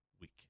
week